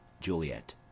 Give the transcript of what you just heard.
juliet